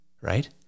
right